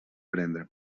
prendre